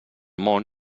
món